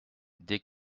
dès